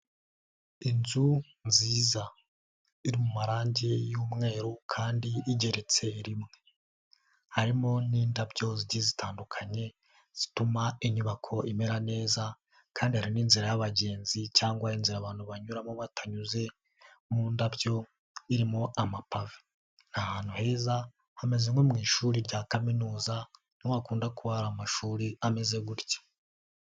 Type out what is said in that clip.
Inzu nziza iri mu marangi y'umweru kandi igeretse rimwe, harimo n'indabyo zigiye zitandukanye zituma inyubako imera neza, kandi hari n'inzira y'abagenzi cyangwa inzira abantu banyuramo batanyuze mu ndabyo, irimo amapave. Ni ahantu heza hameze nko mu ishuri rya kaminuza niho hakunda kuba ari amashuri ameze gutya.